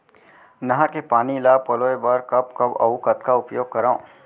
नहर के पानी ल पलोय बर कब कब अऊ कतका उपयोग करंव?